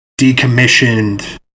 decommissioned